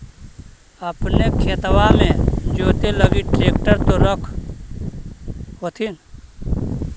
अपने खेतबा मे जोते लगी ट्रेक्टर तो रख होथिन?